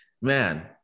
man